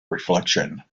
reflection